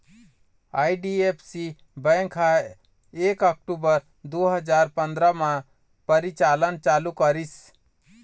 IDFC bank ह एक अक्टूबर दू हजार पंदरा म परिचालन चालू करिस